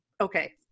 okay